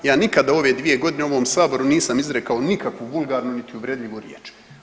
Ja nikada u ove dvije godine u ovom Saboru nisam izrekao nikakvu vulgarnu niti uvredljivu riječ.